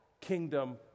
kingdom